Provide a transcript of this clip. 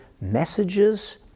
messages